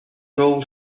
hole